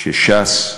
אנשי ש"ס,